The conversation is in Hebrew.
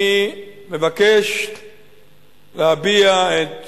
אני מבקש להביע את